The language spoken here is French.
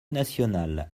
nationale